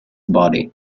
body